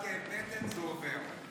יאיר, קצת כאב בטן וזה עובר.